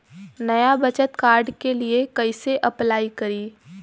नया बचत कार्ड के लिए कइसे अपलाई करी?